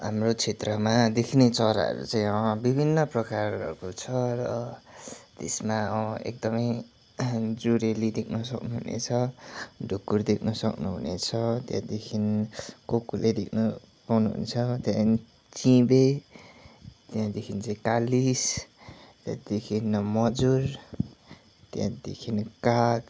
हाम्रो क्षेत्रमा देखिने चराहरू चाहिँ विभिन्न प्रकारको छ र त्यसमा एकदमै जुरेली देख्न सक्नुहुनेछ ढुकुर देख्न सक्नुहुनेछ त्यहाँदेखि कोकोले देख्न पाउनुहुन्छ त्यहाँदेखि चिबे त्यहाँदेखि चाहिँ कालिस त्यहाँदेखि मजुर त्यहाँदेखि काग